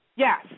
Yes